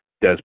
Des